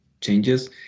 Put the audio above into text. changes